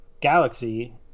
galaxy